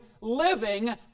living